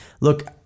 Look